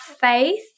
faith